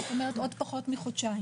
זאת אומרת עוד פחות מחודשיים.